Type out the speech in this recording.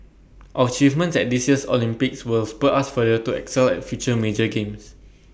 our achievements at this year's Olympics will spur us further to excel at future major games